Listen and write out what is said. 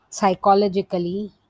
psychologically